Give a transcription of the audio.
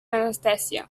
anestèsia